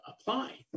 apply